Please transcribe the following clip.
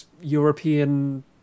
European